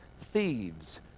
thieves